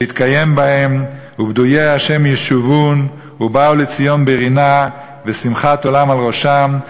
שיתקיים בהם "ופדויי ה' ישובון ובאו לציון ברנה ושמחת עולם על ראשם",